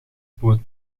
poot